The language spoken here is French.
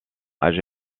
âgé